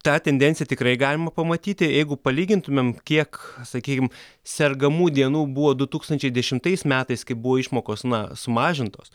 tą tendenciją tikrai galima pamatyti jeigu palygintumėm kiek sakykim sergamų dienų buvo du tūkstančiais dešimtais metais kai buvo išmokos na sumažintos